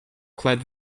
clad